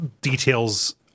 details